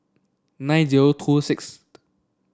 nine zero two sixth